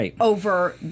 over